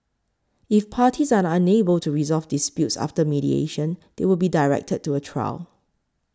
if parties are unable to resolve disputes after mediation they will be directed to a trial